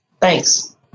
thanks